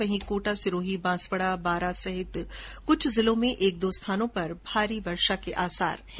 वहीं कोटा सिरोही बांसवाडा बारां सहित क्छ जिलों में एक दो स्थानों पर भारी वर्षा हो सकती है